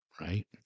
right